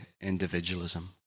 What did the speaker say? individualism